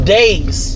days